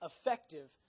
effective